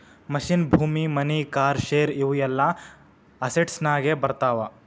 machine, ಭೂಮಿ, money, car, share ಇವು ಎಲ್ಲಾ ಅಸೆಟ್ಸನಾಗೆ ಬರ್ತಾವ